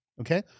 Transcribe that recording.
okay